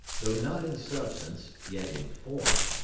though not in substance, yet in form,